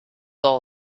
all